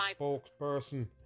spokesperson